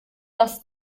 das